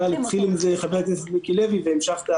התחיל עם זה חבר הכנסת מיקי לוי והמשכת